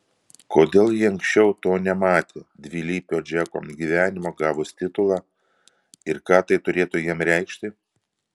kodėl ji anksčiau to nematė dvilypio džeko gyvenimo gavus titulą ir ką tai turėtų jam reikšti